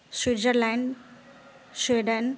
Switzerland Sweden